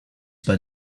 bei